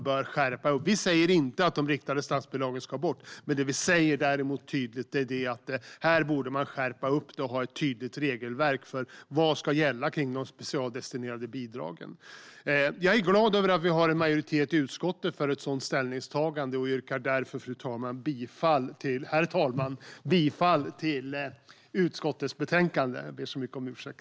Centerpartiet säger inte att de riktade statsbidragen ska bort, men vi säger tydligt att det borde ske en skärpning och finnas ett tydligt regelverk för vad som ska gälla för de specialdestinerade bidragen. Jag är glad att det finns en majoritet i utskottet för ett sådant ställningstagande, och jag yrkar därför bifall till utskottets förslag i betänkandet.